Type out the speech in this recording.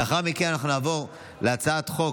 לאחר מכן אנחנו נעבור להצעת חוק,